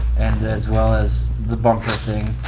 and as well as the bumper thing.